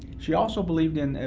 she also believed in,